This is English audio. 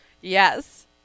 Yes